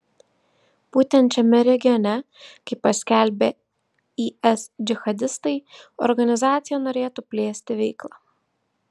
būtent šiame regione kaip paskelbė is džihadistai organizacija norėtų plėsti veiklą